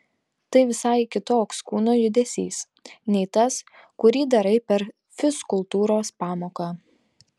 tai visai kitoks kūno judesys nei tas kurį darai per fizkultūros pamoką